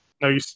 No